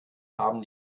haben